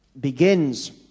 begins